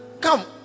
Come